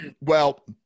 Well-